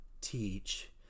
teach